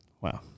Wow